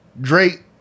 Drake